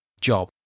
job